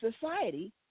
society